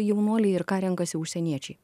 jaunuoliai ir ką renkasi užsieniečiai